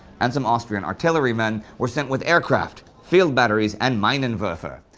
and some austrian artillerymen, were sent with aircraft, field batteries, and minenwerfer.